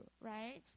right